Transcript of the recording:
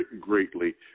greatly